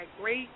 great